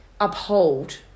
uphold